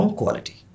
quality